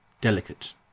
delicate